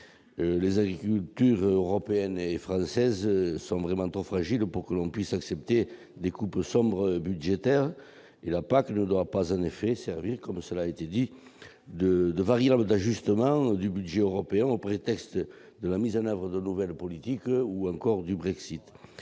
Les agricultures européenne et française sont trop fragiles pour que l'on puisse accepter des coupes claires dans le budget. La PAC ne doit pas servir, cela a été dit, de variable d'ajustement du budget européen, au prétexte de la mise en oeuvre de nouvelles politiques ou du Brexit.